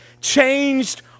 changed